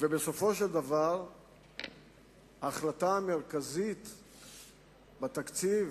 ובסופו של דבר ההחלטה המרכזית בתקציב,